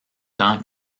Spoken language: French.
temps